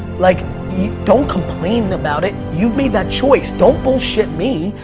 like don't complain about it. you've made that choice. don't bullshit me.